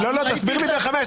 לא, לא, תסביר לי ב-5.